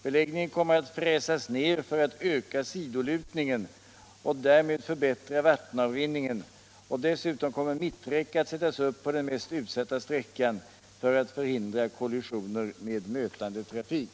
Beläggningen kommer att fräsas ned för att öka sidolutningen och därmed förbättra vattenavrinningen och dessutom kommer mitträcke att sättas upp på den mest utsatta sträckan för att förhindra kollisioner med mötande trafik.